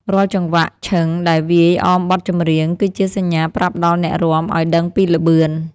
រាល់ចង្វាក់ឈឹងដែលវាយអមបទចម្រៀង គឺជាសញ្ញាប្រាប់ដល់អ្នករាំឱ្យដឹងពីល្បឿន។